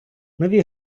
нові